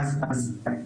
לדעתי,